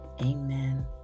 Amen